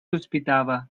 sospitava